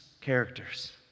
characters